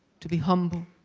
to be humble.